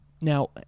Now